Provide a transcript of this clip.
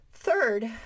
Third